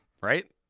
right